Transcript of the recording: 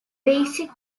basic